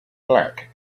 black